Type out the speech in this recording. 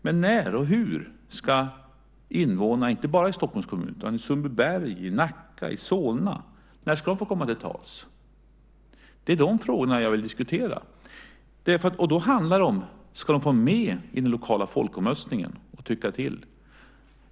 Men när och hur ska invånarna inte bara i Stockholms kommun utan i Sundbyberg, Nacka och Solna få komma till tals? Det är de frågorna jag vill diskutera. Ska de få vara med i den lokala folkomröstningen och tycka till?